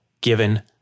given